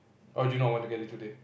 or do you not want to get it today